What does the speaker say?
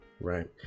right